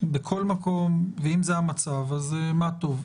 בכל מקום, ואם זה המצב אז מה טוב.